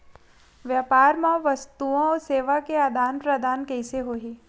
व्यापार मा वस्तुओ अउ सेवा के आदान प्रदान कइसे होही?